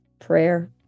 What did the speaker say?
prayer